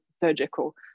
surgical